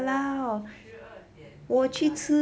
我十二点起来